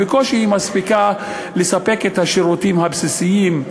והיא בקושי מספיקה לספק את השירותים הבסיסיים,